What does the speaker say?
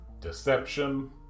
deception